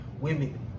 women